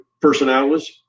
personalities